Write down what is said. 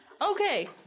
Okay